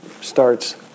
starts